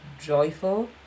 joyful